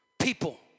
people